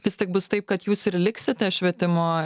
vis tik bus taip kad jūs ir liksite švietimo